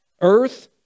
earth